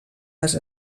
les